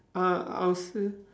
uh I'll say